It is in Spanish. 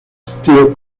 steel